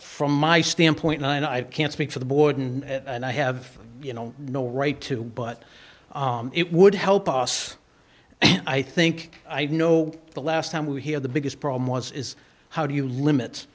from my standpoint nine i can't speak for the board and i have you know no right to but it would help us and i think i know the last time we hear the biggest problem was is how do you limit